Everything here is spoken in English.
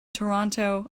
toronto